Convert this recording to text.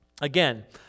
Again